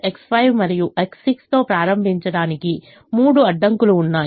X4 X5మరియు X6తో ప్రారంభించడానికి 3 అడ్డంకులు ఉన్నాయి